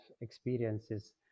experiences